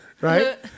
Right